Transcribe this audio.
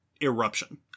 eruption